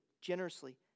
generously